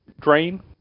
drain